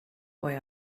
boy